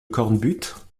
cornbutte